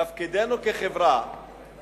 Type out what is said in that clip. תפקידנו כחברה לשקם